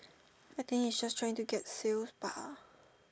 I think it's just trying to get sales bah